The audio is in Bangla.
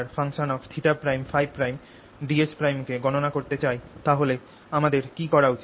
ds কে গণনা করতে চাই তাহলে আমাদের কী করা উচিত